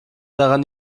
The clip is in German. daran